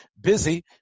busy